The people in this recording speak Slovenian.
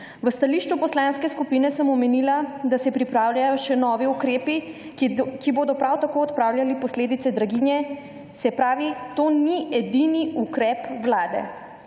V stališču poslanske skupine sem omenila, da se pripravljajo še novi ukrepi, ki bodo prav tako odpravljali posledice draginje, se pravi to ni edini ukrep vlade.